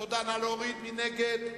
מי נגד?